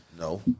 No